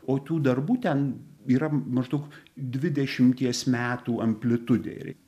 o tų darbų ten yra maždaug dvidešimties metų amplitudei